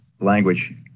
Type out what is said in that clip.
language